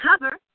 cover